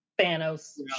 Thanos